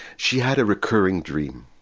she had a recurring dream.